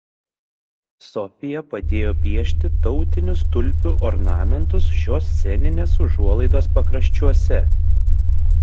sofija padėjo piešti tautinius tulpių ornamentus šios sceninės užuolaidos pakraščiuose